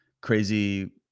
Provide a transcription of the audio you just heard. crazy